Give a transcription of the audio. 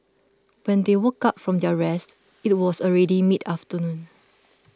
when they woke up from their rest it was already mid afternoon